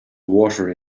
water